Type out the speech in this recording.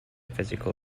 physical